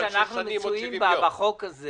אתם על שש שנים מבקשים עוד 60 יום.